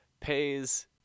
pays